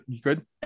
good